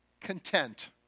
content